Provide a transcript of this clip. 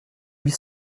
huit